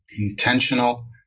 intentional